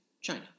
China